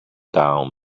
down